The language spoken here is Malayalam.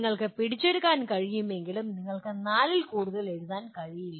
നിങ്ങൾക്ക് പിടിച്ചെടുക്കാൻ കഴിയുമെങ്കിലും നിങ്ങൾക്ക് നാലിൽ കൂടുതൽ എഴുതാൻ കഴിയില്ല